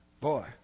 Boy